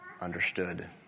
understood